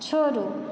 छोड़ू